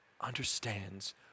understands